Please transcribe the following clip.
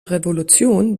revolution